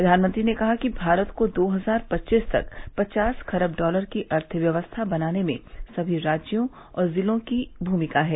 प्रधानमंत्री ने कहा कि भारत को दो हजार पच्चीस तक पचास खरब डॉलर की अर्थव्यवस्था बनाने में सभी राज्यों और जिलों की भूमिका है